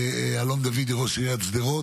שיגיע לקבורה מכובדת על אדמת מדינתנו.